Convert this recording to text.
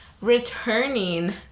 returning